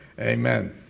Amen